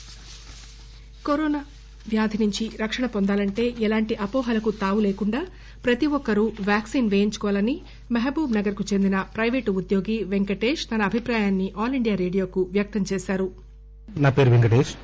corona వాక్పిస్ bite corona వ్యాధి నుంచి రక్షణ పొందాలంటే ఎలాంటి అపోహలకు తావు లేకుండా ప్రతి ఒక్కరు కరోనా వ్యాక్సిన్ పేయించుకోవాలని మహాబూబ్ నగర్కు చెందిన పైపేటు ఉద్యోగి వెంకటేష్ తన అభిప్రాయాన్ని ఆలిండియా రేడియోకు వ్యక్తం చేశారు